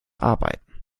arbeiten